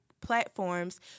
platforms